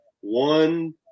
One –